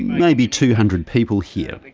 maybe two hundred people here.